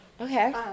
Okay